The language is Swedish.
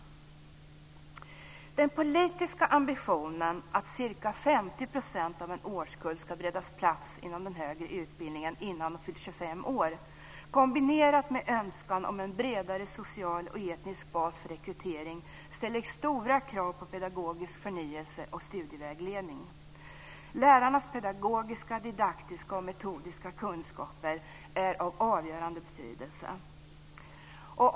Den politiska ambitionen att ca 50 % av en årskull ska beredas plats inom den högre utbildningen innan man fyllt 25 år i kombination med önskan om en bredare social och etnisk bas för rekrytering ställer stora krav på pedagogisk förnyelse och studievägledning. Lärarnas pedagogiska, didaktiska och metodiska kunskaper är av avgörande betydelse.